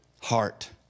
heart